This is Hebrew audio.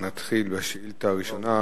נתחיל בשאילתא הראשונה,